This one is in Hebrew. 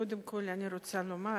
קודם כול אני רוצה לומר